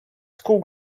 school